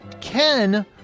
Ken